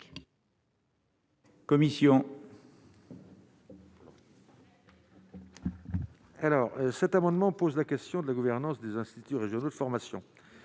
Commission.